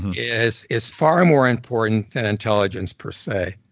yeah is is far more important than intelligence per say.